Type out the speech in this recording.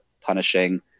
Punishing